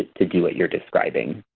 to do what you're describing.